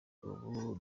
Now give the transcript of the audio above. ubu